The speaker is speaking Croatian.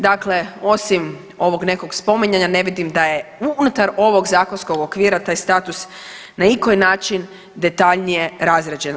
Dakle, osim ovog nekog spominjanja ne vidim da je unutar ovog zakonskog okvira taj status na ikoji način detaljnije razrađen.